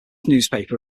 newspaper